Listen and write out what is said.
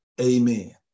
Amen